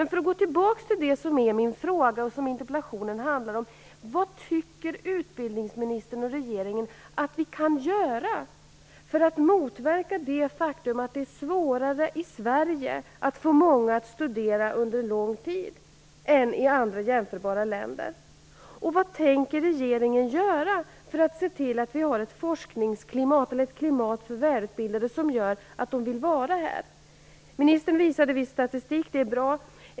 För att gå tillbaka till det som är min fråga, och till det som interpellationen handlar om, undrar jag: Vad tycker utbildningsministern och regeringen att vi kan göra för att motverka det faktum att det i Sverige är svårare att få många att studera under lång tid än vad det är i andra jämförbara länder? Vad tänker regeringen göra för att se till att vi har ett forskningsklimat och ett klimat för välutbildade som gör att dessa vill vara kvar här? Ministern visade viss statistik. Det är bra.